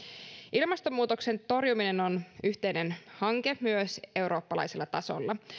ilmastonmuutoksen torjuminen on yhteinen hanke myös eurooppalaisella tasolla